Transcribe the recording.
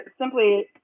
simply